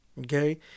Okay